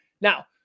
Now